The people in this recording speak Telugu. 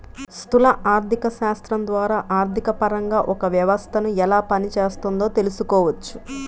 స్థూల ఆర్థికశాస్త్రం ద్వారా ఆర్థికపరంగా ఒక వ్యవస్థను ఎలా పనిచేస్తోందో తెలుసుకోవచ్చు